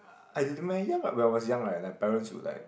I my young when I was young right my parents would like